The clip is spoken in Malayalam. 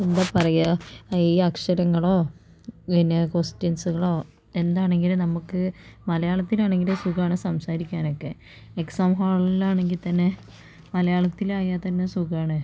എന്താ പറയുക ഈ അക്ഷരങ്ങളോ പിന്നെ ക്വസ്റ്റിൻസുകളോ എന്താണെങ്കിലും നമുക്ക് മലയാളത്തിലാണെങ്കിലും സുഖമാണ് സംസാരിക്കാനൊക്കെ എക്സാം ഹോളിലാണെങ്കിൽ തന്നെ മലയാളത്തിലായാൽ തന്നെ സുഖമാണ്